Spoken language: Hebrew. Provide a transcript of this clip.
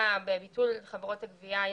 של המרכז לגביית קנסות.